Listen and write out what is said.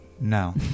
No